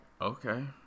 Okay